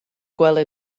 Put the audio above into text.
gwely